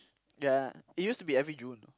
ya it used to be every June